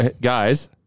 Guys